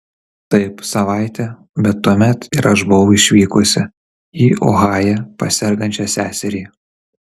taip savaitę bet tuomet ir aš buvau išvykusi į ohają pas sergančią seserį